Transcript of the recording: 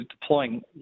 deploying